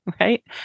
right